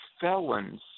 felons